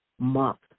month